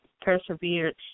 persevered